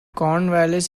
cornwallis